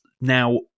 now